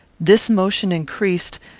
this motion increased,